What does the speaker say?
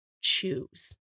choose